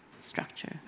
structure